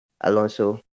Alonso